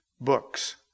books